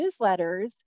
newsletters